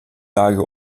lage